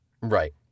Right